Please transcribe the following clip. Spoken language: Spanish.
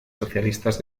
socialistas